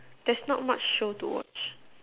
there's not much show to watch